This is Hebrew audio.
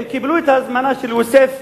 הם קיבלו את ההזמנה של יוסף,